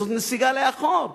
זאת נסיגה לאחור.